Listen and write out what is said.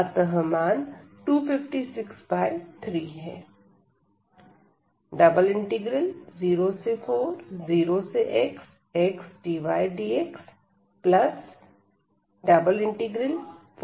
अतः मान 2563 है